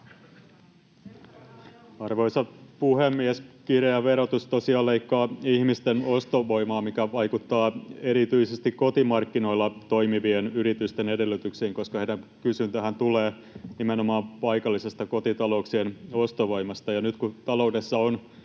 Arvoisa puhemies! Kireä verotus tosiaan leikkaa ihmisten ostovoimaa, mikä vaikuttaa erityisesti kotimarkkinoilla toimivien yritysten edellytyksiin, koska heidän kysyntänsähän tulee nimenomaan paikallisesta kotitalouksien ostovoimasta. Nyt kun taloudessa on